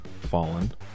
fallen